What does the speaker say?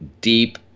deep